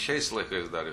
šiais laikais dar ir